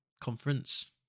conference